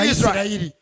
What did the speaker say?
Israel